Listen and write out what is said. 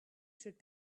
should